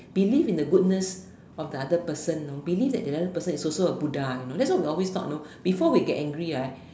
believe in the goodness of the other person you know believe that the other person is also a Buddha you know that's what we always thought you know before we get angry right